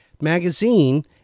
magazine